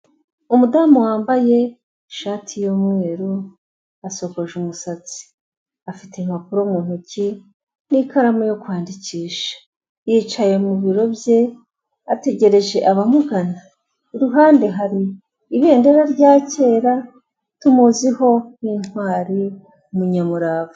Umudamu wambaye ishati y'umweru, asokoje umusatsi. Afite impapuro mu ntoki n'ikaramu yo kwandikisha. Yicaye mu biro bye ategereje abamugana. Iruhande hari ibendera rya kera, tumuziho nk'intwari, umunyamurava.